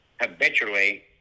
habitually